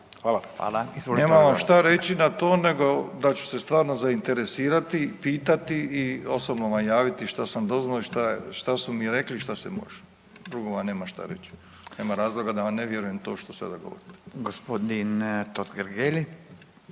Ivo** Nemam vam šta reći na to nego da ću se stvarno zainteresirani, pitati i osobno vam javiti šta sam doznao i šta je, šta su mi rekli i šta se može. Drugo vam nemam šta reći, nema razloga da vam ne vjerujem to što sada govorite.